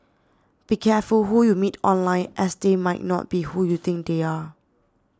be careful who you meet online as they might not be who you think they are